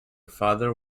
father